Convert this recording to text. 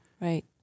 right